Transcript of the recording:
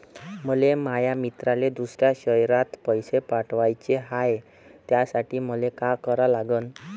मले माया मित्राले दुसऱ्या शयरात पैसे पाठवाचे हाय, त्यासाठी मले का करा लागन?